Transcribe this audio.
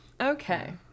Okay